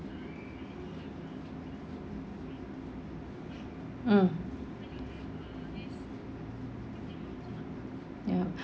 mm ya